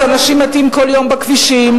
אז אנשים מתים כל יום בכבישים,